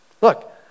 Look